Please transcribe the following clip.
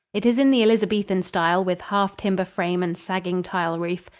it is in the elizabethan style, with half-timber frame and sagging tile roof.